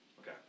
Okay